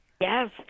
Yes